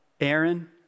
Aaron